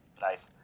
Nice